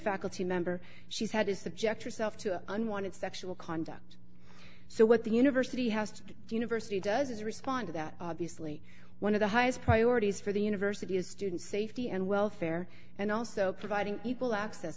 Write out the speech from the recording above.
faculty member she's had is subject herself to unwanted sexual contact so what the university has university does is respond to that obviously one of the highest priorities for the university is student safety and welfare and also providing people access